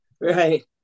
right